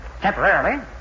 Temporarily